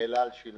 אל על שילמה